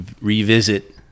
revisit